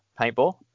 paintball